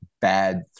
bad